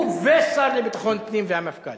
הוא והשר לביטחון פנים והמפכ"ל.